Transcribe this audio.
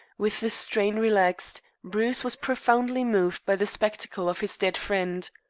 with the strain relaxed, bruce was profoundly moved by the spectacle of his dead friend.